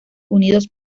unidos